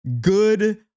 good